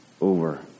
over